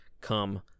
come